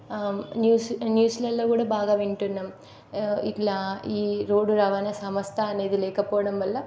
news న్యూస్లల్లో కూడా బాగా వింటున్నాం ఇట్లా ఈ రోడ్డు రవాణా సంస్థ అనేది లేకపోవడం వల్ల